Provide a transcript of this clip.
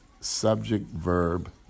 subject-verb